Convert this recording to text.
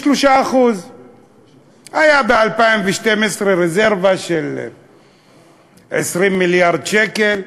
3%. הייתה ב-2012 רזרבה של 20 מיליארד שקל.